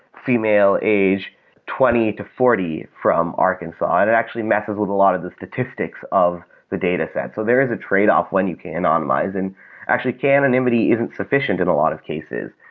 female age twenty to forty from arkansas, and it actually messes with a lot of the statistics of the dataset. so there is a tradeoff when you k-anonymize. and actually, k-anonymity isn't sufficient in a lot of cases.